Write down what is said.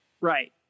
Right